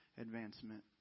advancement